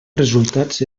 resultats